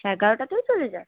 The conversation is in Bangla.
এগারোটাতেই চলে যাস